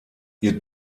ihr